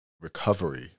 recovery